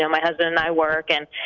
so my husband and i work. and